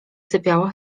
sypiała